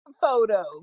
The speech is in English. photo